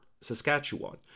Saskatchewan